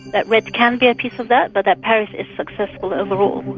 that redd can be a piece of that but that paris is successful overall.